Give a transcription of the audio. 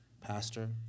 Pastor